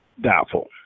Doubtful